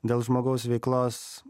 dėl žmogaus veiklos